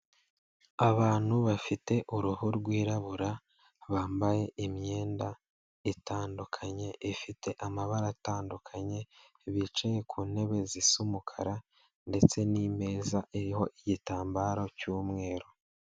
Abantu bafite uruhu rwirabura bambaye imyenda itandukanye ifite amabara atandukanye bicaye ku ntebe zisa umukara ndetse n'imeza iriho igitambaro cy'umweru.